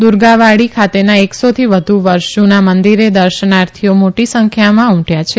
દુર્ગાવાડી ખાતેના એકસોથી વધુ વર્ષ જુના મંદિરે દર્શનાર્થીઓ મોટી સંખ્યામાં ઉમટયા છે